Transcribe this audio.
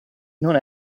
non